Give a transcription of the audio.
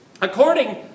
According